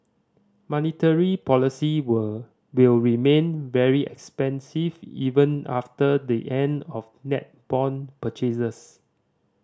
monetary policy were will remain very expansive even after the end of net bond purchases